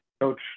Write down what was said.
coach